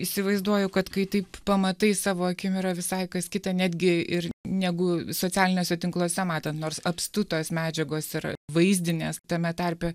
įsivaizduoju kad kai taip pamatai savo akim yra visai kas kita netgi ir negu socialiniuose tinkluose matant nors apstu tos medžiagos yra vaizdinės tame tarpe